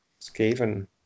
Skaven